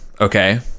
okay